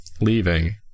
leaving